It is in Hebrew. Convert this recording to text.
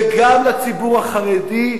וגם לציבור החרדי,